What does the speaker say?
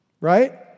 Right